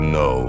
no